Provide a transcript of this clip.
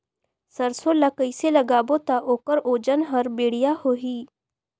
सरसो ला कइसे लगाबो ता ओकर ओजन हर बेडिया होही?